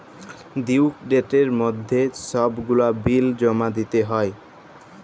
due ডেটের মইধ্যে ছব গুলা বিল জমা দিতে হ্যয়